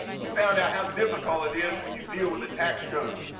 we found out how difficult it is when you deal with the tax code,